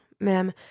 ma'am